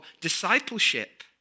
discipleship